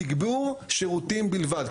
תגבור שירותים בלבד.